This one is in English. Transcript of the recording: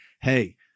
hey